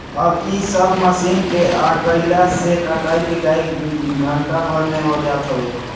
अब इ सब मशीन के आगइला से कटाई पिटाई घंटा भर में हो जात हवे